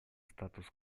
статус